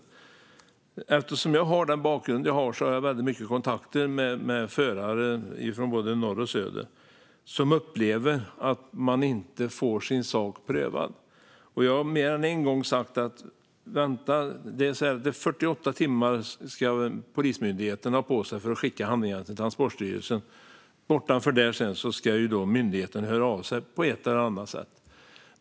Jag har, eftersom jag har den bakgrund jag har, väldigt mycket kontakter med förare från både norr och söder som upplever att de inte får sin sak prövad. Jag har mer än en gång sagt: Vänta! 48 timmar ska Polismyndigheten ha på sig för att skicka handlingar till Transportstyrelsen. Sedan ska myndigheten höra av sig på ett eller annat sätt.